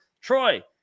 Troy